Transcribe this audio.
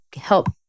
help